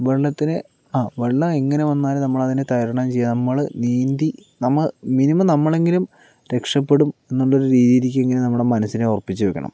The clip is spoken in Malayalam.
വെള്ളത്തിനെ വെള്ളം എങ്ങനെ വന്നാലും നമ്മളതിനെ തരണം ചെയ്യാന് നമ്മള് നീന്തി നമ്മൾ മിനിമം നമ്മളെങ്കിലും രക്ഷപ്പെടും എന്നുള്ള ഒരു രീതിക്ക് ഇങ്ങനെ നമ്മുടെ മനസിനെ ഇങ്ങനെ ഉറപ്പിച്ചു വെയ്ക്കണം